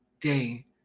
day